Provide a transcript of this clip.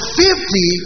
fifty